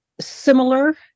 similar